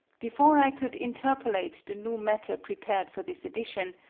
before i could interpolate the new matter prepared for this edition,